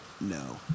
No